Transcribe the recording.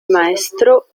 maestro